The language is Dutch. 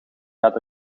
gaat